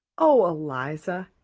oh, eliza,